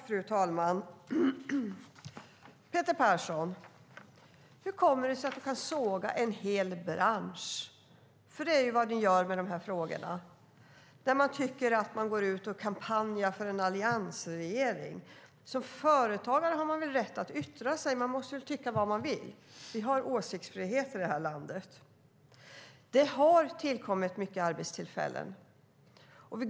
Fru talman! Hur kommer det sig, Peter Persson, att du kan såga en hel bransch? För det är vad du gör med de här frågorna. Du tycker att man går ut och kampanjar för en alliansregering. Som företagare har man väl rätt att yttra sig och tycka vad man vill. Vi har åsiktsfrihet i det här landet. Det har tillkommit många arbetstillfällen.